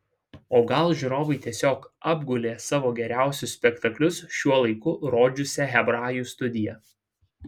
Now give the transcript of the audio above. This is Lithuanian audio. o gal žiūrovai tiesiog apgulė savo geriausius spektaklius šiuo laiku rodžiusią hebrajų studiją